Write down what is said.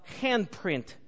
handprint